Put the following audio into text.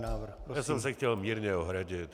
Já jsem se chtěl mírně ohradit.